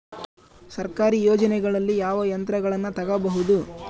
ಸರ್ಕಾರಿ ಯೋಜನೆಗಳಲ್ಲಿ ಯಾವ ಯಂತ್ರಗಳನ್ನ ತಗಬಹುದು?